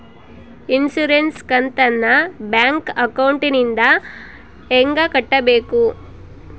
Insurance ಕಂತನ್ನ bank ಅಕೌಂಟಿಂದ ಹೆಂಗ ಕಟ್ಟಬೇಕು?